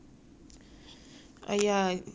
今年哪里都找不到 lah